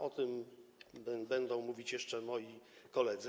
O tym będą mówić jeszcze moi koledzy.